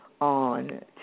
on